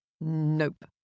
Nope